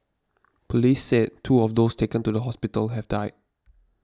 police said two of those taken to the hospital have died